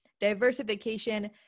diversification